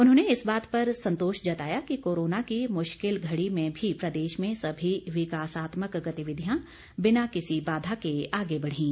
उन्होंने इस बात पर संतोष जताया कि कोरोना की मुश्किल घड़ी में भी प्रदेश में सभी विकासात्मक गतिविधियां बिना किसी बाधा के आगे बढ़ीं